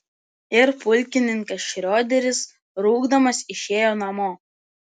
ir pulkininkas šrioderis rūgdamas išėjo namo